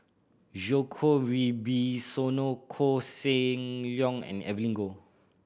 Djoko Wibisono Koh Seng Leong and Evelyn Goh